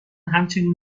همچنین